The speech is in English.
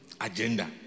agenda